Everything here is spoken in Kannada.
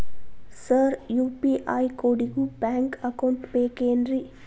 ಸರ್ ಯು.ಪಿ.ಐ ಕೋಡಿಗೂ ಬ್ಯಾಂಕ್ ಅಕೌಂಟ್ ಬೇಕೆನ್ರಿ?